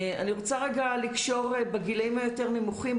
אני רוצה רגע לקשור בגילאים היותר נמוכים.